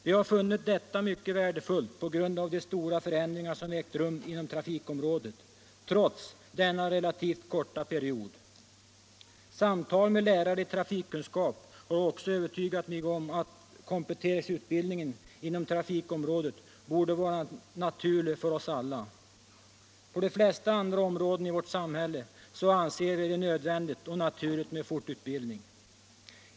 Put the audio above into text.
De har funnit denna mycket värdefull på grund av de stora förändringar som ägt rum på trafikområdet, trots denna relativt korta period. Samtal med lärare i trafikkunskap har också övertygat mig om att kompletteringsutbildning inom trafikområdet borde vara något naturligt för oss alla. På de flesta andra områden i vårt samhälle anser vi det ju nödvändigt och naturligt med fortbildning.